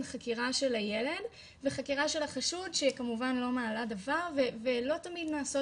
חקירה של הילד וחקירה של החשוד שהיא כמובן לא מעלה דבר ולא תמיד נעשות